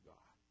God